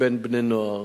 בין בני-נוער.